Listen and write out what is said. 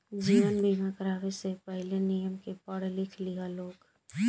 जीवन बीमा करावे से पहिले, नियम के पढ़ लिख लिह लोग